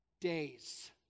days